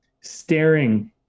staring